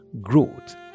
growth